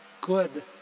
good